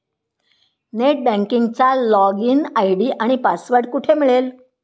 Net बँकिंगचा login ID आणि password कुठे मिळेल?